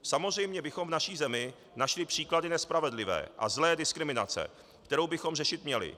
Samozřejmě bychom v naší zemi našli příklady nespravedlivé a zlé diskriminace, kterou bychom řešit měli.